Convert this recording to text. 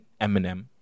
Eminem